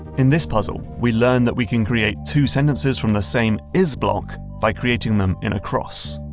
in this puzzle, we learn that we can create two sentences from the same is block, by creating them in a cross.